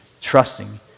trusting